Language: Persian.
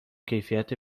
کیفیت